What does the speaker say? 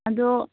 ꯑꯗꯣ